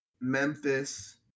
Memphis